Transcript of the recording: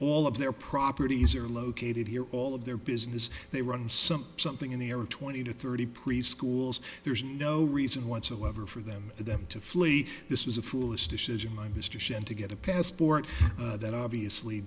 all of their properties are located here all of their business they run something something in the air or twenty to thirty preschools there is no reason whatsoever for them for them to flee this was a foolish decision by mr shand to get a passport that obviously